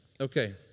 Okay